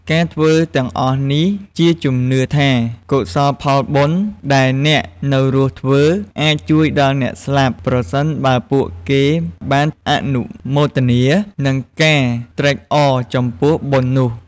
ការធ្វើទាំងអស់នេះជាជំនឿថា កុសលផលបុណ្យដែលអ្នកនៅរស់ធ្វើ អាចជួយដល់អ្នកស្លាប់ ប្រសិនបើពួកគេបានអនុមោទនា និងការត្រេកអរ ចំពោះបុណ្យនោះ។